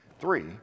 Three